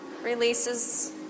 releases